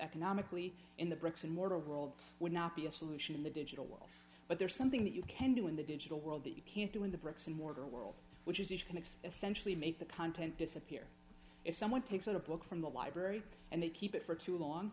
economically in the bricks and mortar world would not be a solution in the digital world but there's something that you can do in the digital world that you can't do in the bricks and mortar world which is if you can expand centrally make the content disappear if someone takes out a book from the library and they keep it for too long